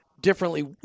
differently